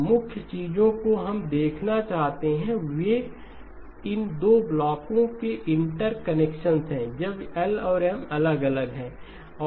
इसलिए जिन मुख्य चीजों को हम देखना चाहते थे वे इन 2 ब्लॉकों के इंटरकनेक्शन्स हैं जब L और M अलग अलग हैं